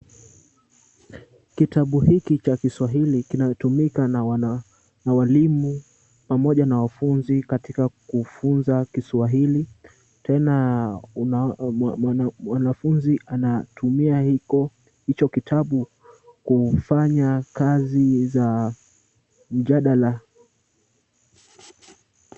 Kitabu hiki cha Kiswahili kinatumika na walimu pamoja na wanafunzi katika kufunza Kiswahili. Tena mwanafunzi anatumia hicho kitabu kufanya kazi za mjadala.